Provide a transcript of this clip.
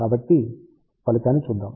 కాబట్టి ఫలితాన్ని చూద్దాం